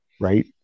right